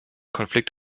konflikt